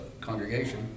congregation